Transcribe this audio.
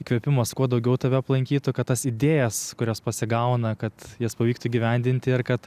įkvėpimas kuo daugiau tave aplankytų kad tas idėjas kurios pasigauna kad jas pavyktų įgyvendinti ir kad